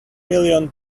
million